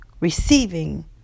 receiving